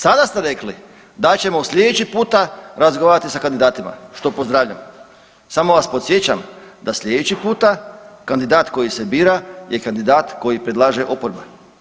Sada ste rekli da ćemo sljedeći puta razgovarati sa kandidatima, što pozdravljam, samo vas podsjećam da sljedeći puta kandidat koji se bira je kandidat koji predlaže oporba.